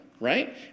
Right